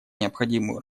необходимую